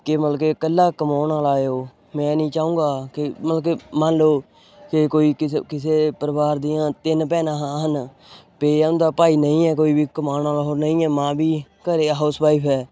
ਕਿ ਮਤਲਬ ਕਿ ਇਕੱਲਾ ਕਮਾਉਣ ਵਾਲਾ ਹੈ ਉਹ ਮੈਂ ਨਹੀਂ ਚਾਹੂੰਗਾ ਕਿ ਮਤਲਬ ਕਿ ਮੰਨ ਲਓ ਕਿ ਕੋਈ ਕਿਸ ਕਿਸੇ ਪਰਿਵਾਰ ਦੀਆਂ ਤਿੰਨ ਭੈਣਾਂ ਹਾਂ ਹਨ ਪੇ ਉਹਨਾਂ ਦਾ ਭਾਈ ਨਹੀਂ ਹੈ ਕੋਈ ਵੀ ਕਮਾਉਣ ਵਾਲਾ ਹੋਰ ਨਹੀਂ ਹੈ ਮਾਂ ਵੀ ਘਰ ਹਾਊਸ ਵਾਈਫ ਹੈ